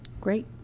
great